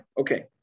Okay